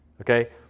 okay